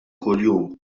kuljum